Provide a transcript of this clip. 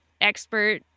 expert